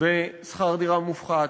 בשכר דירה מופחת,